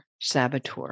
saboteur